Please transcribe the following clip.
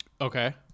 Okay